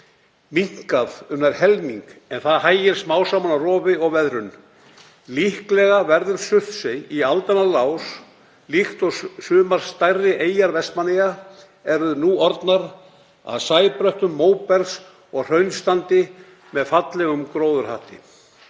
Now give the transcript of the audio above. minnkað um nærri helming en það hægir smám saman á rofi og veðrun. Líklega verður Surtsey í aldanna rás, líkt og sumar stærri eyjar Vestmannaeyja eru nú orðnar, að sæbröttum móbergs- og hraunstandi með fallegum gróðurhatti.